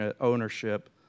ownership